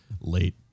late